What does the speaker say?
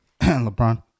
LeBron